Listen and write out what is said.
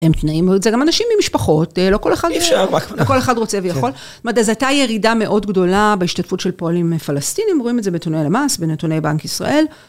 הם תנאים, זה גם אנשים ממשפחות, לא כל אחד, לא כל אחד רוצה ויכול. זאת אומרת, אז הייתה ירידה מאוד גדולה בהשתתפות של פועלים פלסטינים, רואים את זה בנתוני הלמ"ס, בנתוני בנק ישראל.